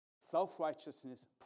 Self-righteousness